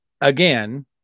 again